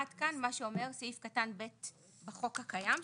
עד כאן מה שאומר סעיף (ב) בחוק הקיים,